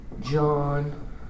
John